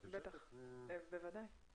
בוודאי.